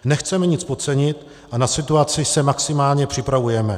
Nechceme nic podcenit a na situaci se maximálně připravujeme.